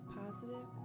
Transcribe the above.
positive